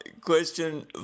Question